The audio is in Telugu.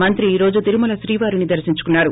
మంత్రి ఈ రోజు తిరుమల శ్రీహరిని దర్పించుకున్నారు